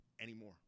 Anymore